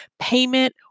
payment